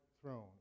throne